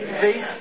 See